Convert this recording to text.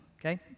okay